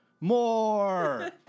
More